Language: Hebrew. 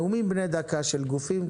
נאומים בני דקה של גופים.